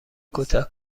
کوتاه